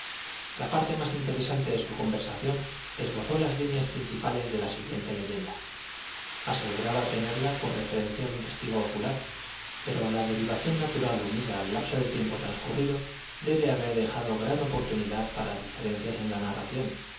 la parte más interesante de su conversación esbozó las líneas principales de la siguiente leyenda aseguraba tenerla por referencias de un testigo ocular pero la derivación natural unida al lapso de tiempo transcurrido debe haber dejado gran oportunidad para diferencias en la narración